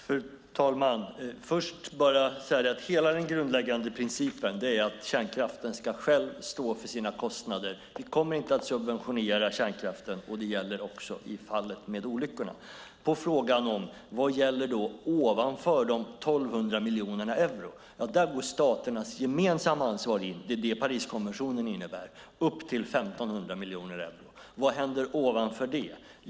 Fru talman! Först vill jag bara säga att hela den grundläggande principen är att kärnkraften själv ska stå för sina kostnader. Vi kommer inte att subventionera kärnkraften, och det gäller också i fallet med olyckorna. Frågan var: Vad gäller ovanför de 1 200 miljonerna euro? Jo, där går staternas gemensamma ansvar in - det är det Pariskonventionen innebär - upp till 1 500 miljoner euro. Vad händer ovanför det?